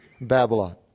Babylon